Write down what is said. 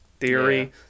theory